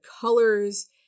colors